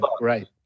Right